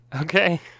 Okay